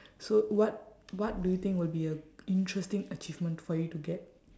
so what what do you think will be a interesting achievement for you to get